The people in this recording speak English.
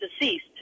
deceased